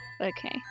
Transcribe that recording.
Okay